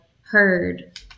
heard